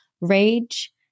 rage